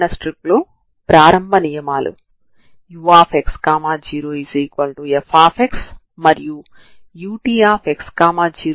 కాబట్టి ఇప్పుడు నేను దీనికి ఎలా పరిష్కారాన్ని కనుగొనగలను